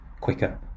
quicker